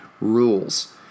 rules